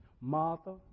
Martha